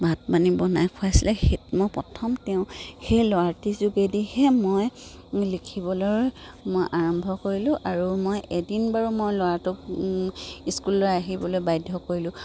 ভাত পানী বনাই খুৱাইছিলে সেই মই প্ৰথম তেওঁ সেই ল'ৰাটিৰ যোগেদিহে মই লিখিবলৈ মই আৰম্ভ কৰিলোঁ আৰু মই এদিন বাৰু মই ল'ৰাটোক স্কুললৈ আহিবলৈ বাধ্য কৰিলোঁ